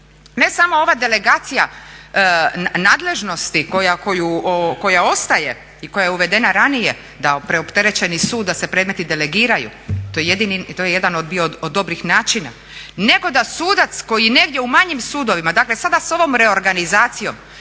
ne samo ova delegacija nadležnosti koja ostaje i koja je uvedena ranije da preopterećeni sud da se predmeti delegiraju, to je jedan bio od dobrih načina, nego da sudac koji negdje u manjim sudovima dakle sada s ovom reorganizacijom,